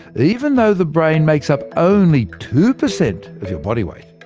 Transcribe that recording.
even though the brain makes up only two percent of your body weight,